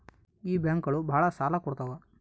ಈ ಬ್ಯಾಂಕುಗಳು ಭಾಳ ಸಾಲ ಕೊಡ್ತಾವ